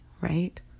right